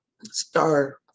star